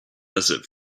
desert